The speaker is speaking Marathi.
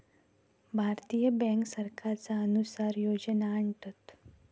भारतीय बॅन्क सरकारच्या अनुसार योजना आणतत